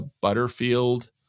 Butterfield